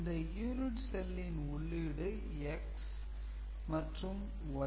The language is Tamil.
இந்த "unit cell" ன் உள்ளீடு x மற்றும் y